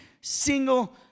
single